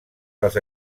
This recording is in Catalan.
les